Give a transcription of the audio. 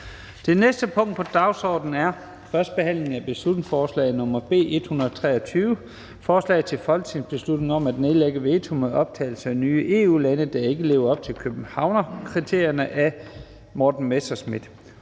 Det næste punkt på dagsordenen er: 8) 1. behandling af beslutningsforslag nr. B 123: Forslag til folketingsbeslutning om at nedlægge veto mod optagelse af nye EU-lande, der ikke lever op til Københavnskriterierne. Af Morten Messerschmidt